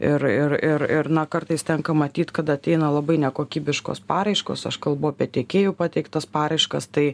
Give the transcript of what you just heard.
ir ir ir ir na kartais tenka matyt kad ateina labai nekokybiškos paraiškos aš kalbu apie tiekėjų pateiktas paraiškas tai